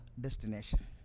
destination